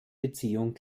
beziehung